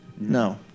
No